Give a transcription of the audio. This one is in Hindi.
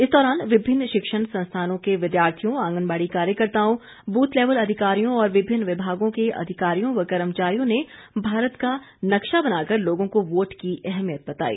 इस दौरान विभिन्न शिक्षण संस्थानों के विद्यार्थियों आंगनबाड़ी कार्यकर्त्ताओं बूथ लेवल अधिकारियों और विभिन्न विभागों के अधिकारियों व कर्मचारियों ने भारत का नक्शा बनाकर लोगों को वोट की अहमियत बताई